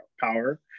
power